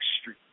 Street